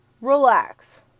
Relax